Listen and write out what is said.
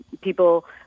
People